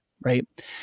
Right